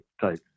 type